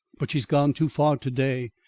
but she's gone too far to-day.